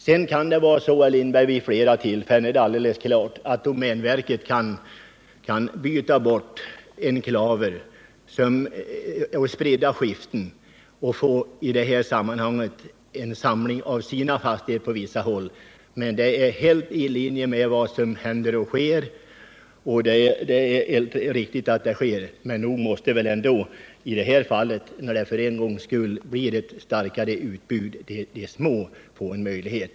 Sedan kan det, herr Lindberg, vid flera tillfällen vara alldeles klart att domänverket kan byta bort enklaver och spridda skiften på vissa håll för att få sina fastigheter att bli mer sammanhängande, men det är helt i linje med vad som händer och sker, och det är helt riktigt att det sker. Men nog måste väl ändå i det här fallet, när det för en gångs skull blir ett starkare utbud, de små brukarna få en möjlighet.